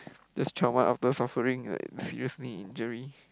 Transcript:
just twelve month after suffering a serious knee injury